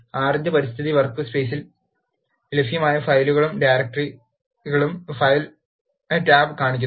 R ന്റെ സ്ഥിരസ്ഥിതി വർക്ക് സ് പെയ് സിൽ ലഭ്യമായ ഫയലുകളും ഡയറക്ടറികളും ഫയൽ ടാബ് കാണിക്കുന്നു